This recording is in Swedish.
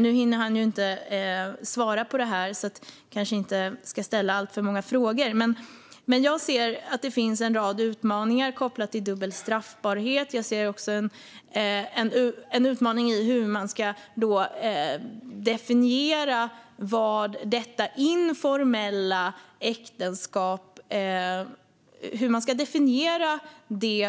Nu har inte Mikael Eskilandersson möjlighet att svara på detta, så jag kanske inte ska ställa alltför många frågor. Men jag ser att det finns en rad utmaningar kopplade till dubbel straffbarhet. Jag ser också en utmaning i hur man ska definiera vad